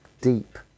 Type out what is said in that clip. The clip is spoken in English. deep